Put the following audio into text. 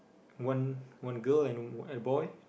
one one girl and a boy